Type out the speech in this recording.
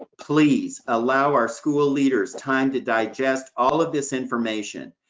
please, allow our school leaders time to digest all of this information,